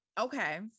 Okay